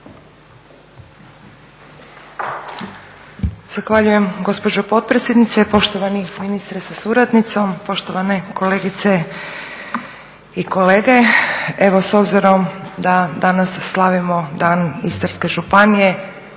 Zahvaljujem gospođo potpredsjednice. Poštovani ministre sa suradnicom, poštovane kolegice i kolege. Evo s obzirom da danas slavimo Dan Istarske županije